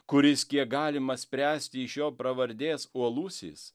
kuris kiek galima spręsti iš jo pravardės uolusis